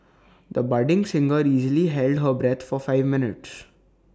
the budding singer easily held her breath for five minutes